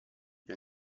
più